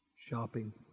Shopping